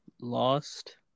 lost